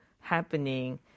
happening